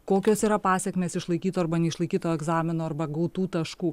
kokios yra pasekmės išlaikyt arba neišlaikyt to egzamino arba gautų taškų